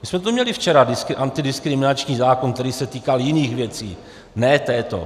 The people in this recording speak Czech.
My jsme tu měli včera antidiskriminační zákon, který se týkal jiných věcí, ne této.